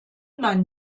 man